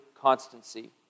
constancy